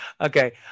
Okay